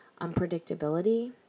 unpredictability